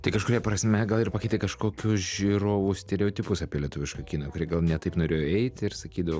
tai kažkuria prasme gal ir pakeitė kažkokius žiūrovų stereotipus apie lietuvišką kiną kurie gal ne taip norėjo eiti ir sakydavo